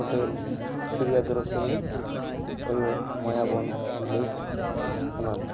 hotel Priyadarshini ᱚᱭᱚ ᱢᱟᱭᱟᱵᱚᱱ ᱵᱷᱤᱞᱮᱡᱽ ᱮᱢᱟᱱ